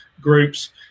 groups